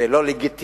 זה לא לגיטימי,